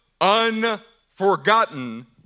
unforgotten